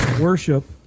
worship